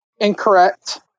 incorrect